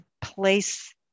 place